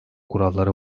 kuralları